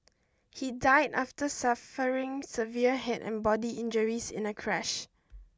he died after suffering severe head and body injuries in a crash